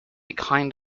kind